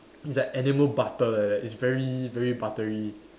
it's like animal butter like that it's very very buttery